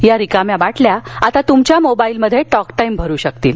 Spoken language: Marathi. या रिकाम्या बाटल्या आता तुमच्या मोबाईलमध्ये टॉकटाईम भरू शकतील